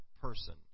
person